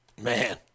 Man